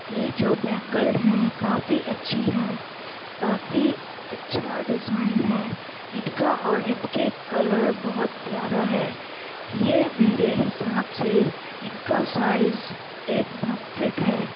یہ جو بینگل ہیں کافی اچھی ہیں کافی اچھا ڈیزائن ہے ان کا اور ان کے کلر بہت پیارا ہے یہ میرے حساب سے ان کا سائز ایک دم فٹ ہے